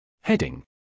Heading